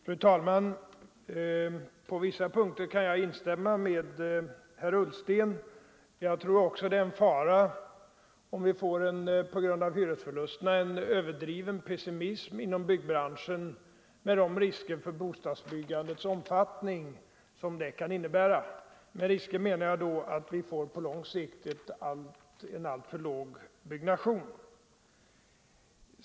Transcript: Fru talman! På vissa punkter kan jag instämma med herr Ullsten. Också jag tror att det är farligt om det inom byggbranschen på grund av hyresförlusterna uppstår en överdriven pessimism, med de risker för bostadsbyggandets omfattning som det kan innebära. Risken skulle då vara att vi på lång sikt får en alltför låg bostadsproduktion.